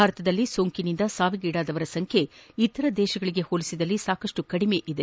ಭಾರತದಲ್ಲಿ ಸೋಂಕಿನಿಂದ ಸಾವಿಗೀಡಾದವರ ಸಂಖ್ಯೆ ಇತರ ದೇಶಗಳಗೆ ಹೋಲಿಸಿದಲ್ಲಿ ಸಾಕಷ್ಟು ಕಡಿಮೆ ಇದೆ